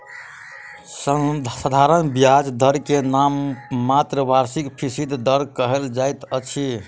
साधारण ब्याज दर के नाममात्र वार्षिक फीसदी दर कहल जाइत अछि